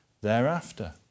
thereafter